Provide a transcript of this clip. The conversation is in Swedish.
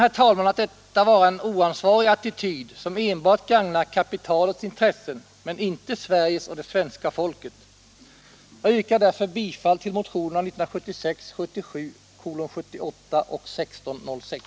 Jag finner det vara en oansvarig attityd, som enbart gagnar kapitalets intressen men inte Sveriges och det svenska folkets. Därför yrkar jag bifall till motionerna 1976/77:78 och 1606.